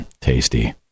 tasty